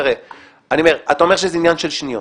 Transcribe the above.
אתה אומר שזה עניין של שניות.